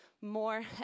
more